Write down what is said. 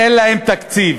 אין להן תקציב,